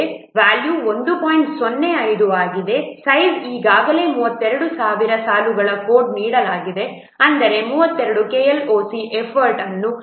05 ಆಗಿದೆ ಸೈಜ್ ಈಗಾಗಲೇ 32000 ಸಾಲುಗಳ ಕೋಡ್ ನೀಡಲಾಗಿದೆ ಅಂದರೆ 32 KLOC